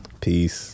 peace